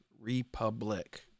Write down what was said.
Republic